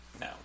No